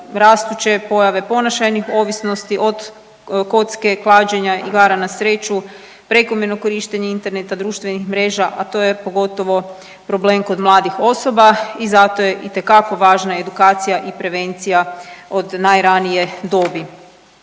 rastuće pojave ponašajnih ovisnosti od kocke, klađenja, igara na sreću, prekomjerno korištenje interneta, društvenih mreža, a to je pogotovo problem kod mladih osoba i zato je itekako važna edukacija i prevencija od najranije dobi.